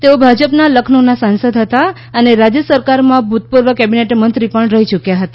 તેઓ ભાજપના લખનૌના સાંસદ હતા અને રાજ્ય સરકારમાં ભૂતપૂર્વ કેબિનેટ મંત્રી પણ રહી ચૂક્યા હતા